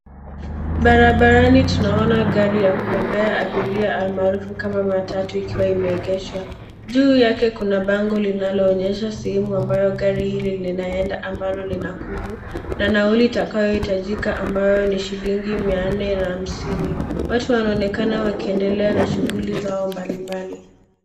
Barbarani tunaona gari ya kubebea abiria almarufu kama matatu ikiwa imeegeshwa. Juu yake kuna bango linaonyesha sehemu ambalo gari hili linaenda ambalo ni Nakuru na nauli itakuwa inahitajika ambalo ni shilingi mia nne na hamsini. Watu wanaonekana wakiendelea na shuguli zao mbalimbali.